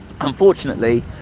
unfortunately